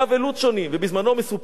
ובזמנו מסופר על נפוליאון,